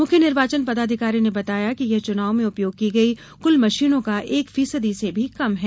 मुख्य निर्वाचन पदाधिकारी ने बताया कि यह चुनाव में उपयोग की गई कुल मशीनों का एक फीसदी से भी कम है